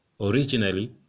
originally